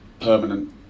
permanent